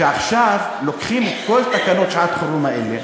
שעכשיו לוקחים את כל תקנות שעת-החירום האלה,